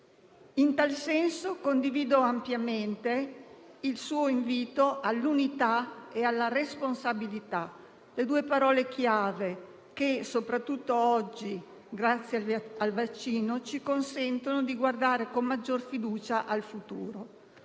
In tal senso, condivido ampiamente il suo invito all'unità e alla responsabilità: le due parole chiave che soprattutto oggi, grazie al vaccino, ci consentono di guardare con maggior fiducia al futuro.